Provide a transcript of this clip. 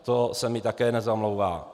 To se mi také nezamlouvá.